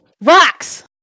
rocks